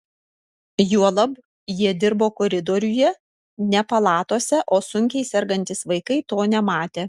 juolab jie dirbo koridoriuje ne palatose o sunkiai sergantys vaikai to nematė